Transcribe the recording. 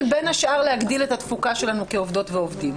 בין השאר להגדיל את התפוקה שלנו כעובדות ועובדים.